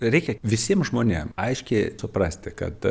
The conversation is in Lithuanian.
reikia visiem žmonėm aiškiai suprasti kad